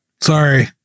Sorry